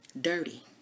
Dirty